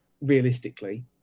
realistically